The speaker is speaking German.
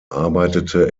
arbeitete